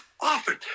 often